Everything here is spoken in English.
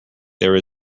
there